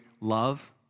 love